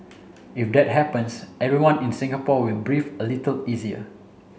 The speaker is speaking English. if that happens everyone in Singapore will breathe a little easier